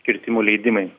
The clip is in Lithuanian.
kirtimų leidimai